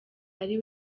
ari